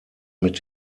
mit